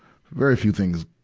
very few things,